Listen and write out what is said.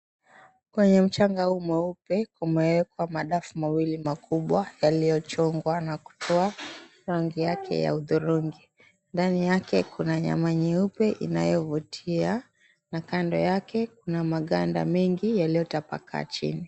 Kwenye mchanga huu mweupe umewekwa madafu mawili makubwa yaliyochongwa na kutoa rangi yake ya hudhurungi. Ndani yake kuna nyama nyeupe inayovutia na kando yake kuna maganda mengi yaliyotapakaa chini.